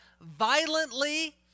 violently